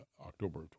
October